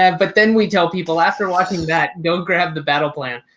um but then we tell people after watching that, don't grab the battle plan.